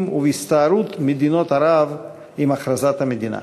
ובהסתערות מדינות ערב עם הכרזת המדינה.